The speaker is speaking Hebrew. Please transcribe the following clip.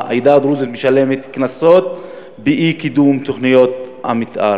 העדה הדרוזית משלמת קנסות באי-קידום תוכניות המתאר.